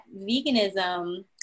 veganism